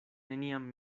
neniam